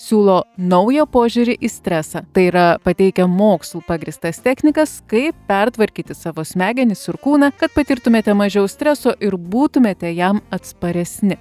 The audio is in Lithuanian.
siūlo naują požiūrį į stresą tai yra pateikia mokslu pagrįstas technikas kaip pertvarkyti savo smegenis ir kūną kad patirtumėte mažiau streso ir būtumėte jam atsparesni